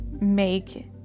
make